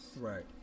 Right